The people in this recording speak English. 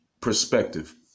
perspective